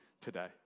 today